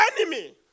enemy